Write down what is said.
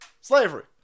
slavery